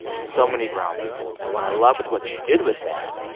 so many brown people. and what i love with what you did with that,